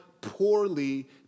poorly